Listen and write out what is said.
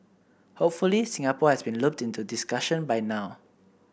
hopefully Singapore has been looped into the discussion by now